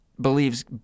believes